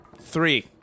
Three